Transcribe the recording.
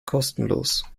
kostenlos